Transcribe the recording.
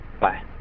Bye